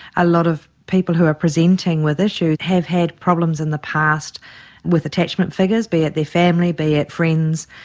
a lot of people who are presenting with issues have had problems in the past with attachment figures, be it their family, be it friends.